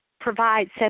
provide